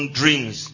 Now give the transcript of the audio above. dreams